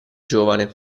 giovane